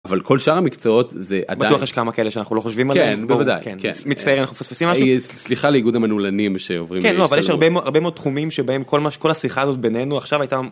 אבל כל שאר המקצועות זה עדיין, בטוח יש כמה כאלה שאנחנו לא חושבים עליהם, כן, ברור, בוודאי, מצטערים אם אנחנו מפספסים משהו. סליחה לאיגוד המנעולנים שעוברים, כן אבל יש הרבה מאוד תחומים שבהם כל מה ש..כל השיחה הזאת בינינו עכשיו הייתה...